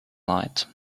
light